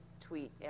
tweet